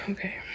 Okay